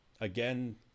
again